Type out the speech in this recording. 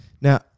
Now